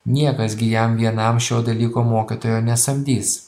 niekas gi jam vienam šio dalyko mokytojo nesamdys